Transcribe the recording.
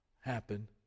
happen